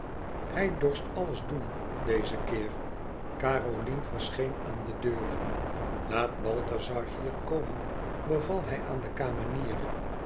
hij dorst alles doen dezen keer caroline verscheen aan de deur laat balthazar hier komen beval hij aan de kamenier